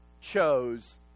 chose